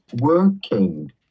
working